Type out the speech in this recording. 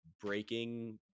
breaking